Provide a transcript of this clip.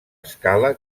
escala